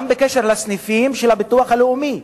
גם לגבי הסניפים של הביטוח הלאומי,